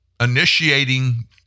initiating